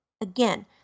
Again